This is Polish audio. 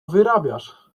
wyrabiasz